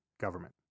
government